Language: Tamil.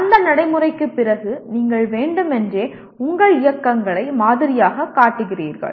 அந்த நடைமுறைக்குப் பிறகு நீங்கள் வேண்டுமென்றே உங்கள் இயக்கங்களை மாதிரியாகக் காட்டுகிறீர்கள்